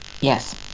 Yes